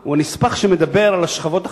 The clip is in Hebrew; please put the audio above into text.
הוא הנספח שמדבר על השכבות החלשות.